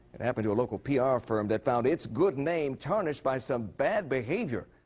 it happened to a local pr ah firm that found its good name tarnished by some bad behaviour.